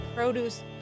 Produce